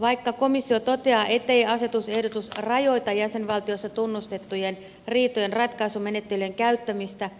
vaikka komissio toteaa ettei asetusehdotus rajoita jäsenvaltiossa tunnustettujen riitojen ratkaisumenettelyjen käyttämistä